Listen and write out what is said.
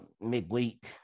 midweek